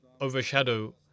overshadow